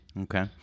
Okay